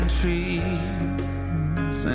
trees